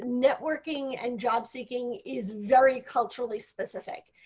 networking and job seeking is very culturally specific.